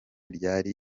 ryari